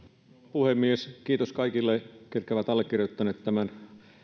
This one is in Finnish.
puhemies kiitos kaikille ketkä ovat allekirjoittaneet tämän